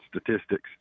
statistics